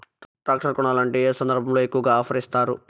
Tractor కొనాలంటే ఏ సందర్భంలో ఎక్కువగా ఆఫర్ ఇస్తారు?